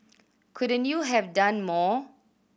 couldn't you have done more